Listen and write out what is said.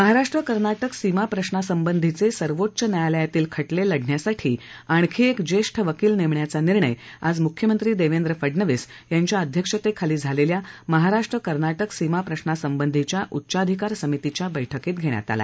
महाराष्ट्र कर्नाटक सीमाप्रशासंबंधीचे सर्वोच्च न्यायालयातील खटले लढण्यासाठी आणखी एक ज्येष्ठ वकिल नेमण्याचा निर्णय आज मुख्यमंत्री देवेंद्र फडणवीस यांच्या अध्यक्षतेखाली झालेल्या महाराष्ट्र कर्नाटक सीमाप्रशासंबंधीच्या उच्चाधिकार समितीच्या बैठकीत धेण्यात आला